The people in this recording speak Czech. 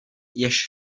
jež